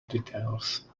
details